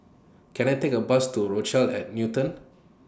Can I Take A Bus to Rochelle At Newton